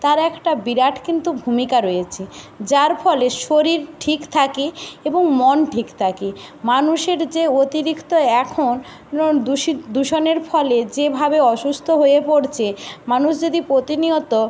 তার একটা বিরাট কিন্তু ভূমিকা রয়েছে যার ফলে শরীর ঠিক থাকে এবং মন ঠিক থাকে মানুষের যে অতিরিক্ত এখন দূষি দূষণের ফলে যেভাবে অসুস্থ হয়ে পড়ছে মানুষ যদি প্রতিনিয়ত